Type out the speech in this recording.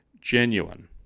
genuine